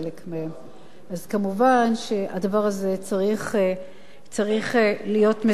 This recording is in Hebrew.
כמובן, הדבר הזה צריך להיות מסולק מן העולם.